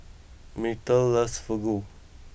Myrtle loves Fugu